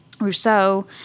Rousseau